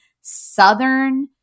southern